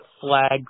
flag